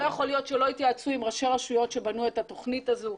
לא יכול להיות שלא התייעצו עם ראשי רשויות כשבנו את התוכנית הזו.